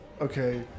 okay